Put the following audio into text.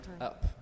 up